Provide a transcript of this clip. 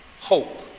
hope